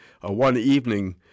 one-evening